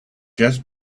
just